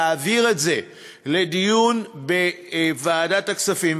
להעביר את זה לדיון בוועדת הכספים.